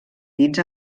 dits